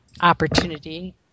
opportunity